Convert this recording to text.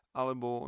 alebo